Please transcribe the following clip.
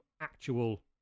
actual